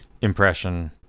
impression